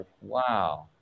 Wow